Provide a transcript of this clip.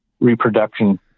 reproduction